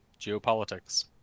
geopolitics